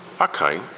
Okay